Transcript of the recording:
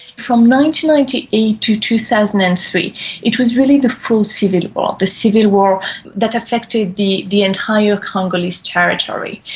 ninety ninety eight to two thousand and three it was really the full civil war, the civil war that affected the the entire congolese territory.